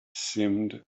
seemed